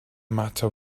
matter